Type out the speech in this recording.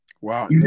Wow